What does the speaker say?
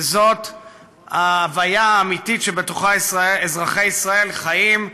וזאת ההוויה האמיתית שבתוכה אזרחי ישראל חיים,